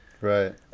Right